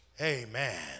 Amen